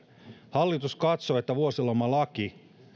hallitus katsoi että vuosilomalaki